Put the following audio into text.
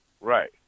Right